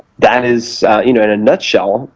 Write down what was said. that is, you know in a nutshell,